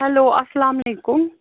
hello اَسلام علیکُم